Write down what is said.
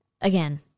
Again